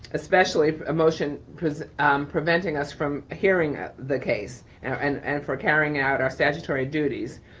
especially a motion preventing us from hearing the case and and for carrying out our statutory duties.